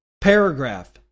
paragraph